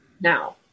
now